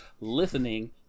listening